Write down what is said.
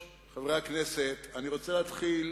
הצעה